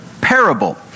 parable